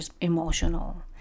emotional